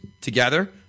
together